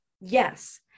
Yes